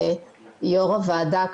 ויושב ראש הוועדה,